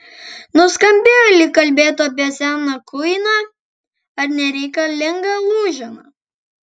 nuskambėjo lyg kalbėtų apie seną kuiną ar nereikalingą lūženą